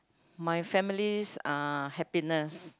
my family's uh happiness